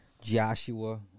Joshua